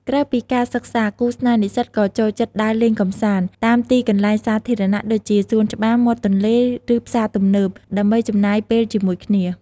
ក្រៅពីការសិក្សា គូស្នេហ៍និស្សិតក៏ចូលចិត្ត ដើរលេងកម្សាន្ត តាមទីកន្លែងសាធារណៈដូចជា សួនច្បារ មាត់ទន្លេ ឬផ្សារទំនើប ដើម្បីចំណាយពេលជាមួយគ្នា។